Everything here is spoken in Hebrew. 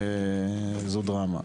זו דרמה.